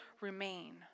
remain